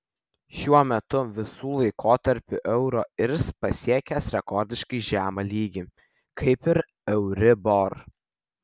šiuo metu visų laikotarpių euro irs pasiekęs rekordiškai žemą lygį kaip ir euribor